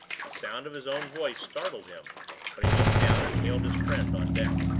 the sound of his own voice startled him when he looked down and hailed his friend on deck.